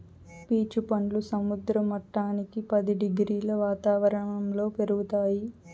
peach పండ్లు సముద్ర మట్టానికి పది డిగ్రీల వాతావరణంలో పెరుగుతాయి